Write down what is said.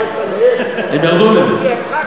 הם ירדו מזה.